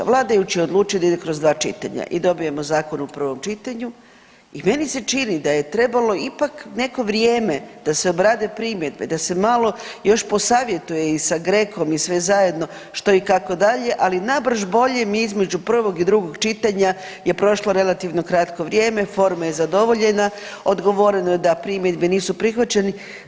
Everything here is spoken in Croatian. Vladajući odlučuju da ide kroz 2 čitanja i dobijemo zakon u prvom čitanju i meni se čini da je trebalo ipak neko vrijeme da se obrade primjedbe da se malo još posavjetuje i sa GRECO-om i sve zajedno što i kako dalje ali nabrž bolje mi između prvog i drugog čitanja je prošlo je relativno kratko vrijeme, forma je zadovoljena, odgovoreno je da primjedbe nisu prihvaćeni.